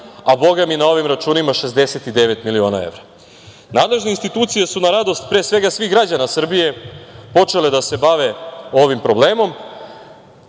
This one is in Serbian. a bogami na ovim računima 69 miliona evra. Nadležne institucije su na radost, pre svega, svih građana Srbije počele da se bave ovim problemom,